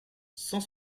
cent